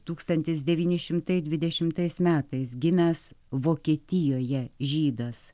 tūkstantis devyni šimtai dvidešimtais metais gimęs vokietijoje žydas